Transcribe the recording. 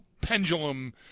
pendulum